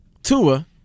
Tua